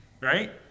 Right